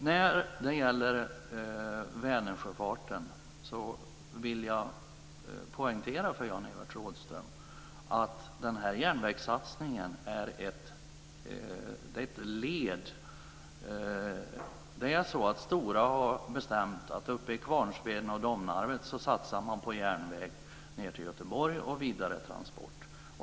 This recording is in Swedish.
När det gäller Vänersjöfarten vill jag poängtera för Jan-Evert Rådhström att Stora har bestämt att man uppe vid Kvarnsveden och Domnarvet ska satsa på järnväg ned till Göteborg för vidare transport.